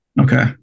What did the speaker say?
Okay